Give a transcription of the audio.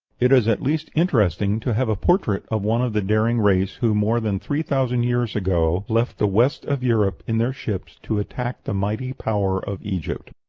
it is at least interesting to have a portrait of one of the daring race who more than three thousand years ago left the west of europe in their ships to attack the mighty power of egypt.